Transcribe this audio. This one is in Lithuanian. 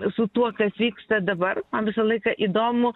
su tuo kas vyksta dabar man visą laiką įdomu